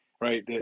right